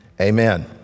amen